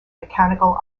mechanical